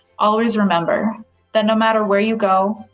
always remember that no matter where you go,